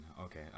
okay